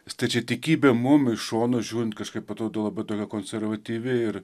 stačiatikybė mum iš šono žiūrint kažkaip atrodo labai konservatyvi ir